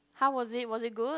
how was it was it good